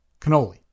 Cannoli